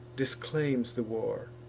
disclaims the war,